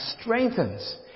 strengthens